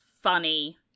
funny